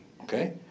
Okay